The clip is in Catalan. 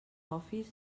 office